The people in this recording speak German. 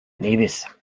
nevis